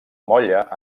molla